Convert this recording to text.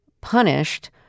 punished